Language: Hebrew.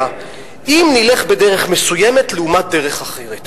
אם נלך בדרך מסוימת לעומת דרך אחרת.